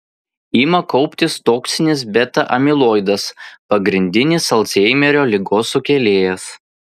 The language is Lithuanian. ima kauptis toksinis beta amiloidas pagrindinis alzheimerio ligos sukėlėjas